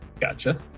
gotcha